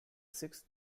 sixth